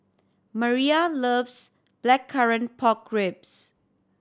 Maia loves Blackcurrant Pork Ribs